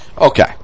Okay